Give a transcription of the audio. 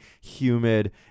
humid